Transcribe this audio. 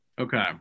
Okay